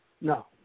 No